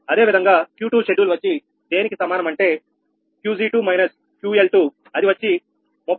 అదేవిధంగా Q2 schedule వచ్చి దేనికి సమానం అంటే Qg2 QL2అది వచ్చి 30 −140